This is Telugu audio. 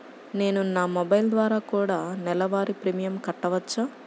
నేను నా మొబైల్ ద్వారా కూడ నెల వారి ప్రీమియంను కట్టావచ్చా?